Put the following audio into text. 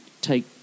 take